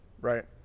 right